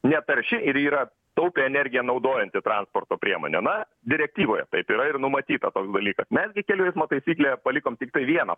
netarši ir yra taupiai energiją naudojanti transporto priemonė na direktyvoje taip yra ir numatyta toks dalykas mes gi kelių eismo taisyklėje palikome tiktai vieną